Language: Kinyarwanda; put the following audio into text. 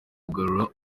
kugarura